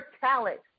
talent